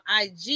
IG